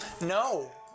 No